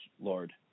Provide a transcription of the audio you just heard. Lord